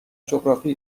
جغرافی